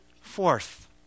Fourth